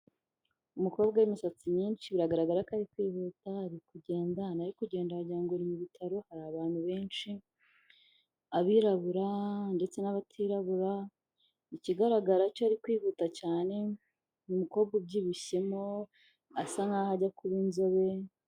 Umukobwa w'imisatsi myinshi biragaragara ko ari kwihuta, ari kugenda, ahantu ari kugenda wagira ngo ni mu bitaro, hari abantu benshi, abirabura ndetse n'abatirabura, ikigaragara cyo ari kwihuta cyane, umukobwa ubyibushyemo asa nk'aho ajya kuba inzobe.